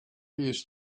used